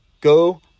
go